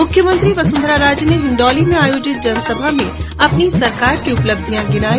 मुख्यमंत्री वसुंधरा राजे ने हिण्डौली में आयोजित जनसभा में अपनी सरकार की उपलब्धियों को गिनाया